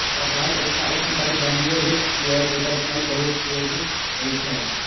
कटहल एकटा उष्णकटिबंधीय वृक्ष छियै, जेकर फल बहुपयोगी होइ छै